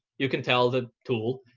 you can tell the tool,